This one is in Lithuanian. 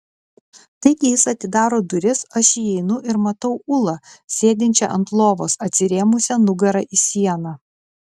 taigi jis atidaro duris aš įeinu ir matau ulą sėdinčią ant lovos atsirėmusią nugara į sieną